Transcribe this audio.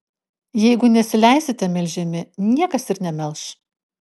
jeigu nesileisite melžiami niekas ir nemelš